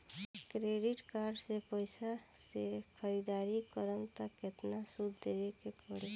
Credit card के पैसा से ख़रीदारी करम त केतना सूद देवे के पड़ी?